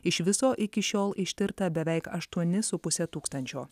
iš viso iki šiol ištirta beveik aštuoni su puse tūkstančio